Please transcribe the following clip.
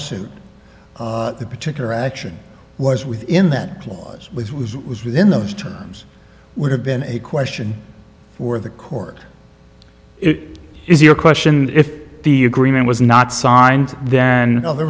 suit the particular action was within that clause which was was within those terms would have been a question for the court it is your question if the agreement was not signed then there